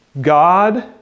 God